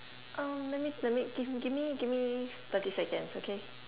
um let me let me give me give me give me thirty seconds okay